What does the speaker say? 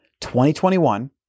2021